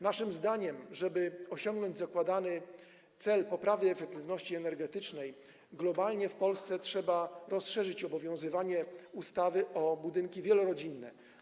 Naszym zdaniem, żeby osiągnąć zakładany cel poprawy efektywności energetycznej, globalnie w Polsce trzeba rozszerzyć obowiązywanie ustawy o budynki wielorodzinne.